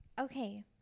okay